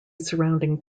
surrounding